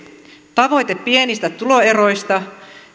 tavoite pienistä tuloeroista